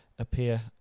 appear